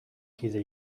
kide